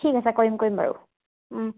ঠিক আছে কৰিম কৰিম বাৰু ওম